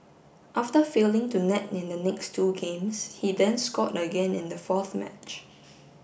after failing to net in the next two games he then scored again in the fourth match